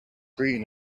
green